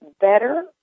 better